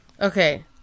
Okay